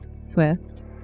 Swift